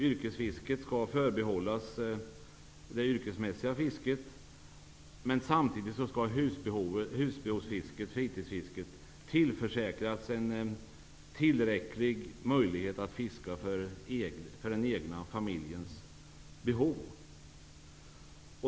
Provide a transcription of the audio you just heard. Yrkesfisket skall förbehållas det yrkesmässiga fiskandet, men samtidigt skall husbehovs och fritidsfiskare tillförsäkras möjlighet att fiska för den egna familjens behov.